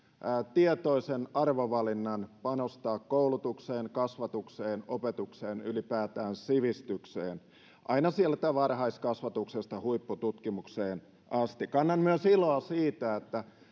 tietoisen arvovalinnan panostaa koulutukseen kasvatukseen opetukseen ylipäätään sivistykseen aina sieltä varhaiskasvatuksesta huippututkimukseen asti kannan iloa myös siitä että